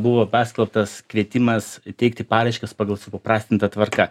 buvo paskelbtas kvietimas teikti paraiškas pagal supaprastinta tvarka